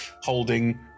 holding